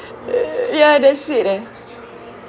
ya that's it eh